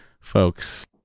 folks